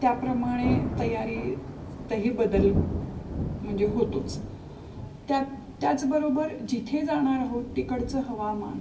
त्याप्रमाणे तयारीतही बदल म्हणजे होतोच त्यात त्याचबरोबर जिथे जाणार आहोत तिकडचं हवामान